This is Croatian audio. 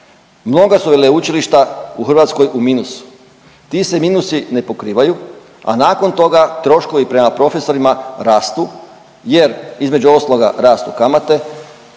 Mnoga su veleučilišta u Hrvatskoj u minusu. Ti se minusi ne pokrivaju, a nakon toga troškovi prema profesorima rastu, jer između ostaloga rastu kamate,